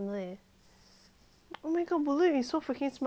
oh my god ballut is so freaking smart I love her eh